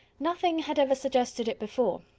nothing had ever suggested it before,